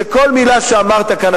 שכל מלה שאמרת כאן,